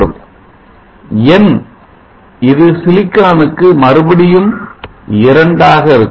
n இது silicon க்கு மறுபடியும் இரண்டாகும்